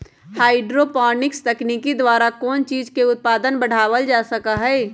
hydroponics तकनीक द्वारा कौन चीज के उत्पादन बढ़ावल जा सका हई